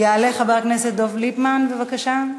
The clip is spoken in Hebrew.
יעלה חבר הכנסת דב ליפמן, בבקשה.